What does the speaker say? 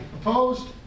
Opposed